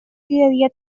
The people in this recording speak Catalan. cridaria